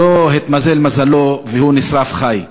שלא התמזל מזלו והוא נשרף חי,